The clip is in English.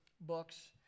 books